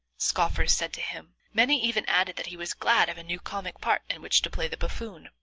scoffers said to him. many even added that he was glad of a new comic part in which to play the buffoon,